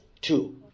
Two